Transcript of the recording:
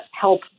help